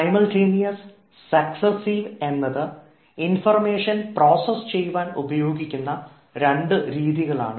simultaneous successive എന്നത് information process ചെയ്യുവാൻ ഉപയോഗിക്കുന്ന രണ്ട് രീതികളാണ്